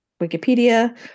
Wikipedia